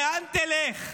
לאן תלך?